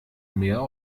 mehr